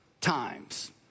times